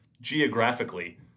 geographically